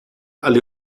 alle